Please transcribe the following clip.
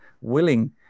willing